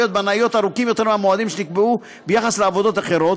בנאיות ארוכים יותר מהמועדים שנקבעו ביחס לעבודות אחרות.